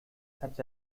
such